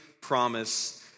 promise